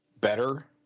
better